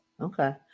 Okay